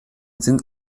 sind